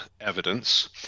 evidence